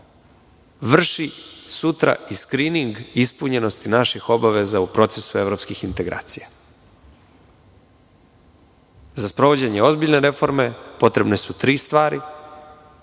vrši sutra i skrining ispunjenosti naših obaveza u procesu evropskih integracija. Za sprovođenje ozbiljne reforme potrebne su tri stvari.